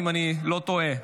אם אני לא טועה.